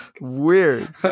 Weird